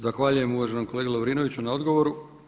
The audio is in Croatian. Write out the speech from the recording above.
Zahvaljujem uvaženom kolegi Lovrinoviću na odgovoru.